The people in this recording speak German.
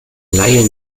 laie